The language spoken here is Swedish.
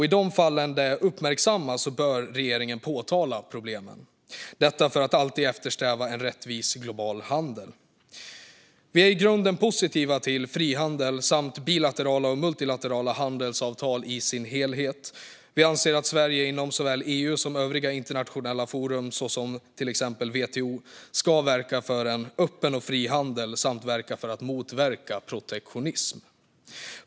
I de fall det uppmärksammas bör regeringen påtala problemen, för att alltid eftersträva en rättvis global handel. Vi är i grunden positiva till frihandel samt bilaterala och multilaterala handelsavtal i sin helhet. Sverige ska inom både EU och övriga internationella forum, såsom WTO, verka för öppen och fri handel samt motverka protektionism.